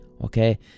okay